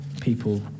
people